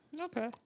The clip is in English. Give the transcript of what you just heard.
Okay